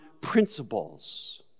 principles